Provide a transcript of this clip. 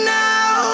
now